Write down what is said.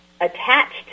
attached